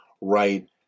right